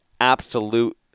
absolute